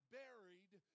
buried